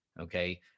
okay